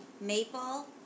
Maple